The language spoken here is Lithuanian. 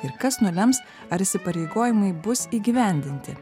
ir kas nulems ar įsipareigojimai bus įgyvendinti